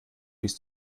bis